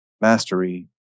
mastery